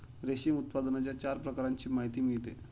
रेशीम उत्पादनाच्या चार प्रकारांची माहिती मिळते